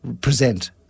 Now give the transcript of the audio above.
present